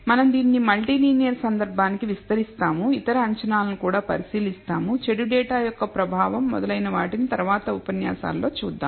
మనం దీన్ని multi linear సందర్భానికి విస్తరిస్తాముఇతర అంచనాలు కూడా పరిశీలిస్తాము చెడు డేటాయొక్క ప్రభావం మొదలైన వాటిని తర్వాతి ఉపన్యాసాలలో చూద్దాం